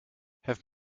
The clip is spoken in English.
have